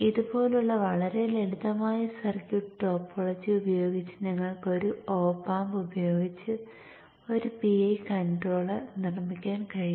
ഇതുപോലുള്ള വളരെ ലളിതമായ സർക്യൂട്ട് ടോപ്പോളജി ഉപയോഗിച്ച് നിങ്ങൾക്ക് ഒരു OP amp ഉപയോഗിച്ച് ഒരു PI കൺട്രോളർ നിർമ്മിക്കാൻ കഴിയും